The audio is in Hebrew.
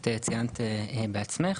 את ציינת בעצמך.